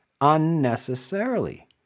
unnecessarily